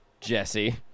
Jesse